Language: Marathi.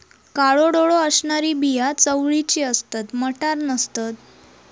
काळो डोळो असणारी बिया चवळीची असतत, मटार नसतत